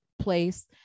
place